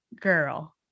girl